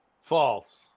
False